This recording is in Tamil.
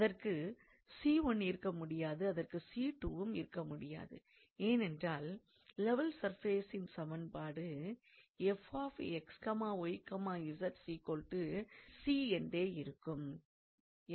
அதற்கு 𝑐1 இருக்கமுடியாது அதற்கு 𝑐2 வும் இருக்கமுடியாது ஏனென்றால் லெவல் சர்ஃபேசின் சமன்பாடு 𝑓𝑥𝑦𝑧 𝑐 என்றே இருக்கும்